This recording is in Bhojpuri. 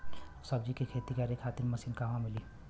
सब्जी के खेती करे खातिर मशीन कहवा मिली?